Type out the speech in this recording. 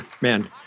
man